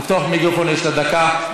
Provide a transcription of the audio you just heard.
לפתוח מיקרופון, יש לה דקה.